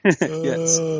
Yes